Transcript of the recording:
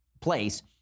place